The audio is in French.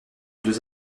deux